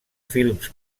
films